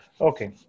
Okay